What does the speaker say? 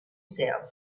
sound